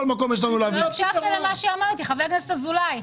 לא הקשבת למה שאמרתי, חבר הכנסת אזולאי.